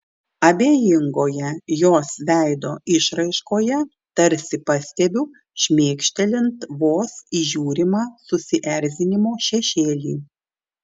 abejingoje jos veido išraiškoje tarsi pastebiu šmėkštelint vos įžiūrimą susierzinimo šešėlį